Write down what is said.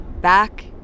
Back